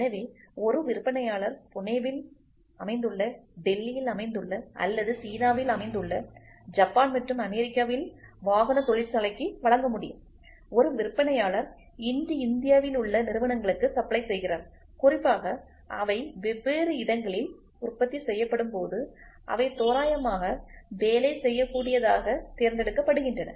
எனவே ஒரு விற்பனையாளர் புனேவில் அமைந்துள்ள டெல்லியில் அமைந்துள்ள அல்லது சீனாவில் அமைந்துள்ள ஜப்பான் மற்றும் அமேரிக்காவில் வாகனத் தொழிற்சாலைக்கு வழங்க முடியும் ஒரு விற்பனையாளர் இன்று இந்தியாவில் உள்ள நிறுவனங்களுக்கு சப்ளை செய்கிறார் குறிப்பாக அவை வெவ்வேறு இடங்களில் உற்பத்தி செய்யப்படும்போது அவை தோராயமாக வேலை செய்யக்கூடியதாகத் தேர்ந்தெடுக்கப்படுகின்றன